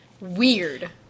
weird